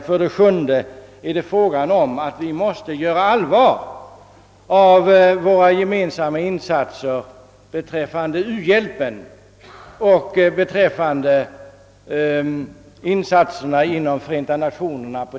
För det sjunde måste vi göra allvar av våra gemensamma insatser för uhjälpen och Förenta Nationerna.